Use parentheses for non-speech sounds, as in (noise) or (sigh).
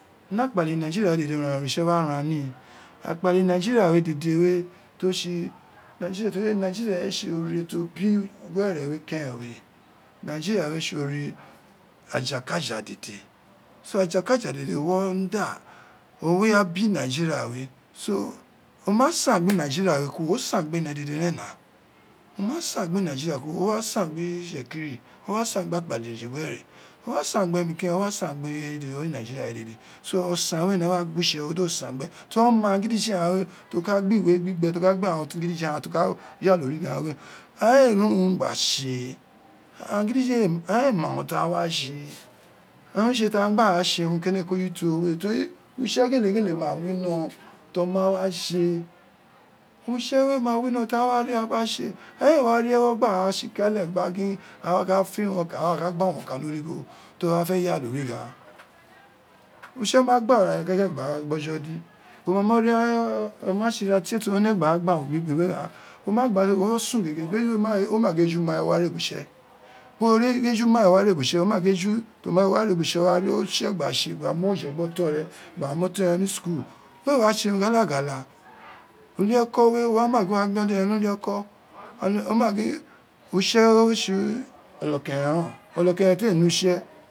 Ni ekpale inai ji ria uran ran oritse wa ran ni, akpali nigeria we dede we to (hesitation) nigeria re tse ore to bi iwene we keren we nigeria re tse orea ajakaja dede, so ajakaja dede win onder o ma san gbe̱ maji na kura o san gbe ene dede ren now o ma san gbe nigeria kuro, o wa sa. gbe itse tiri o wa san gbe akpele iwere dede, o wa san gbe ni keren, o wa san gbe ene ti o wi nigeria dede, so osan we ene wa gidi je, ghan we to ka gba iwe gbi gbe ti o ka gba irawo gidije ti o ka yaghala origho agha we, ai ma urun ti aghan wa tse, owun re tse ti a aghan gba ra tse urun keneku toro we, teri utse ghele ma wino to ma wa tse utse we ma wino taghan wa ri aghan gba tse, aghan ee wa ri agha gba tse, aghan ee wa ri ewo gba ghan tsi kale gba gin a wa ka gin agha wa ka feel one kind (hesitation) aghan wa wa ka gha urun okan okan ni origho to wa fe gagha ke ori gho aghan, utse noba gba ara re (noise) keke gba ra gbo jo dire wo ma mo ri e, oma tsi ira tie ti wo ne gba ra umu (unintelligible) mo ma gba wo sun gege befu ma ren wo ma gin eju ma ren wo wa re ubo utse ti wo ri ejuma ren wo wa re ubutse ti wo ma gin eju to ma ma wo ma re ubutse, wo wa ri utse gba tse gba mu ofe gbe oton re gba mu oton re ni school we wa tse ghala ghala ulieko we wo ma gin utse re tse olokiren ren onokeren ee ne utse.